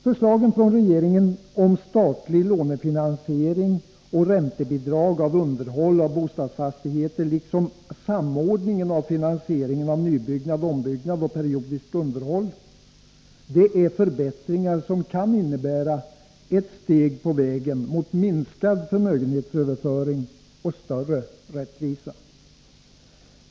Förslagen från regeringen om statlig lånefinansiering av och räntebidrag till underhåll av bostadsfastigheter, liksom samordningen av finansieringen av nybyggnad, ombyggnad och periodiskt underhåll, är förbättringar som kan innebära ett steg på vägen mot minskad förmögenhetsöverföring och större rättvisa.